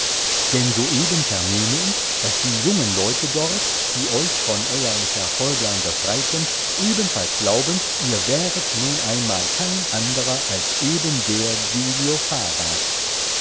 denn soeben vernehme ich daß die jungen leute dort die euch von euern verfolgern befreiten ebenfalls glauben ihr wäret nun einmal kein anderer als eben der giglio fava o